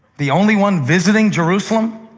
the only one visiting jerusalem?